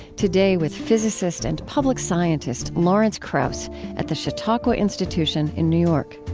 today with physicist and public scientist lawrence krauss at the chautauqua institution in new york